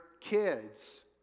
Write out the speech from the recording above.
kids